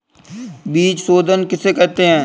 बीज शोधन किसे कहते हैं?